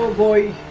ah boy